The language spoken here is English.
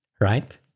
Right